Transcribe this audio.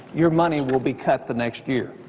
your money will be cut the next year.